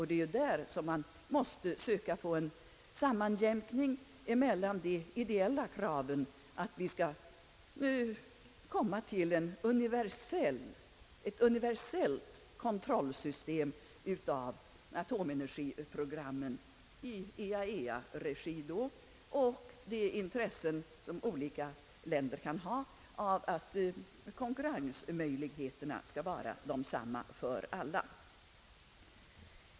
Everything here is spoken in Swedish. Där måste man söka få en sammanjämkning emellan de ideella kraven om ett universellt kontrollsystem av atomenergiprogrammen, alltså i IAEA-regi, och de intressen som olika länder kan ha av att konkurrensmöjligheterna skall vara desamma för alla.